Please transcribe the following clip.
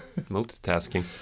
Multitasking